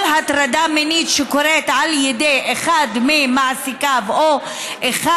הטרדה מינית שקורית על ידי אחד ממעסיקיו או אחד